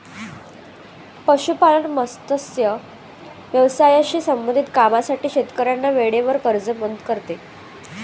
पशुपालन, मत्स्य व्यवसायाशी संबंधित कामांसाठी शेतकऱ्यांना वेळेवर कर्ज मदत करते